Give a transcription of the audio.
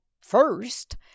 first